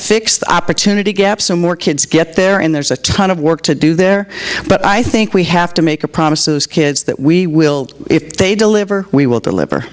fix the opportunity gap so more kids get there and there's a ton of work to do there but i think we have to make a promise those kids that we will if they deliver we will deliver